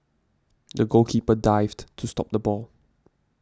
the goalkeeper dived to stop the ball